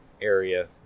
area